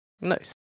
Nice